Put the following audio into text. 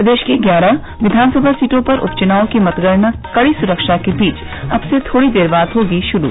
प्रदेश की ग्यारह विधानसभा सीटों पर उप चुनाव की मतगणना कड़ी सुरक्षा के बीच अब से थोड़ी देर बाद होगी शुरू